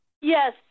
Yes